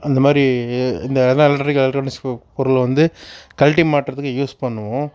அந்த மாதிரி இந்த எலெக்ட்ரானிக் ஸ்க்ரூ பொருள் வந்து கழட்டி மாட்டுறதுக்கு யூஸ் பண்ணுவோம்